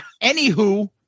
anywho